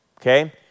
okay